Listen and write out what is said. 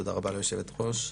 תודה רבה ליושבת הראש.